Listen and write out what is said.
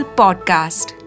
podcast